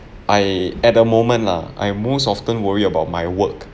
I at the moment lah I most often worry about my work